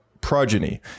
progeny